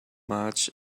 march